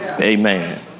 Amen